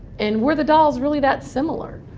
and were the dolls really that similar.